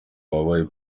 wabaye